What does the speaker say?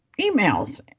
emails